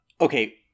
okay